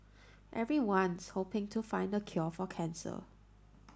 everyone's hoping to find the cure for cancer